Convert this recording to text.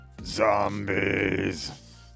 Zombies